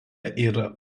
yra